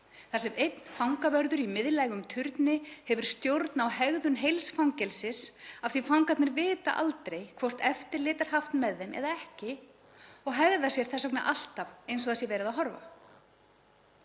þar sem einn fangavörður í miðlægum turni hefur stjórn á hegðun heils fangelsis af því að fangarnir vita aldrei hvort eftirlit er haft með þeim eða ekki og hegða sér þess vegna alltaf eins og það sé verið að horfa.